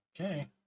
Okay